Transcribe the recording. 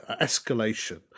escalation